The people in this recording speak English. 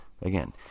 again